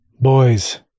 Boys